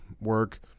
work